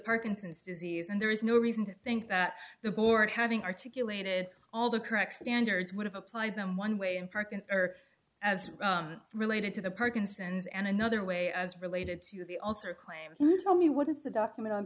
parkinson's disease and there is no reason to think that the board having articulated all the correct standards would have applied them one way and park and or as related to the parkinson's and another way as related to the also claim tell me what is the document on